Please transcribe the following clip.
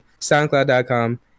SoundCloud.com